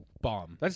Bomb